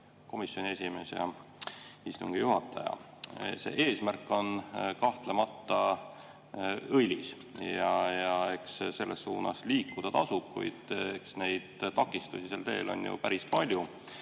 komisjoni esimees! Hea istungi juhataja! See eesmärk on kahtlemata õilis ja eks selles suunas liikuda tasub, kuid eks neid takistusi sel teel on päris palju.